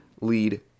lead